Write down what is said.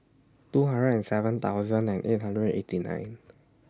two hundred and seven thousand and eight hundred and eighty nine